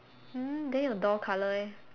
um then your door colour eh